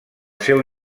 seu